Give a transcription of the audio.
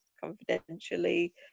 confidentially